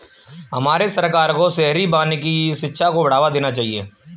हमारे सरकार को शहरी वानिकी शिक्षा को बढ़ावा देना चाहिए